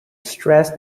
stress